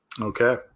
Okay